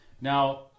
Now